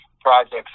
projects